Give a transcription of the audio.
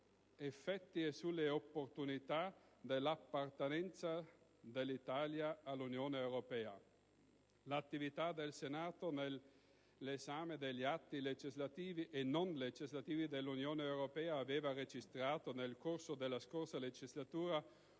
effetti e sulle opportunità dell'appartenenza dell'Italia all'Unione europea. L'attività del Senato nell'esame degli atti legislativi e non legislativi dell'Unione europea aveva registrato, nel corso della scorsa legislatura, un